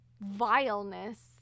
vileness